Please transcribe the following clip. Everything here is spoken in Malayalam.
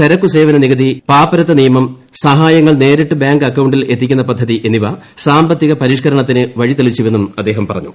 ചരക്ക് സേവന നികുതി പാപ്പരത്ത നിയമം സഹായങ്ങൾ നേരിട്ട് ബാങ്ക് അക്കൌണ്ടിൽ എത്തിക്കുന്ന പദ്ധതി എന്നിവ സാമ്പത്തിക പരിഷ്ക്കരണത്തിന് വഴിതെളിച്ചെന്നും അദ്ദേഹം പറഞ്ഞു